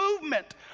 movement